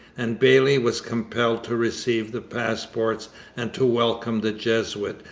and bayly was compelled to receive the passports and to welcome the jesuit,